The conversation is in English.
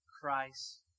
Christ